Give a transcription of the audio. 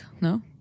no